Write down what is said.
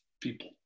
people